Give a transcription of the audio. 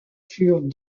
furent